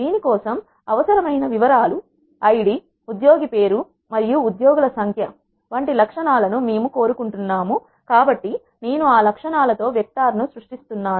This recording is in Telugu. దీని కోసం అవసరమైన వివరాలు ఐడి ఉద్యోగి పేరు మరియు ఉద్యోగుల సంఖ్య వంటి లక్షణాలను మేము కోరుకుంటున్నాను కాబట్టి నేను ఆ లక్షణాల తో వెక్టార్ ను సృష్టిస్తున్నా ను